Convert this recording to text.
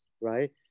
right